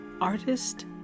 artist